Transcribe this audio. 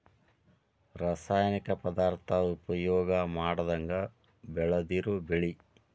ರಾಸಾಯನಿಕ ಪದಾರ್ಥಾ ಉಪಯೋಗಾ ಮಾಡದಂಗ ಬೆಳದಿರು ಬೆಳಿ